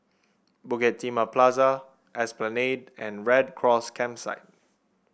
Bukit Timah Plaza Esplanade and Red Cross Campsite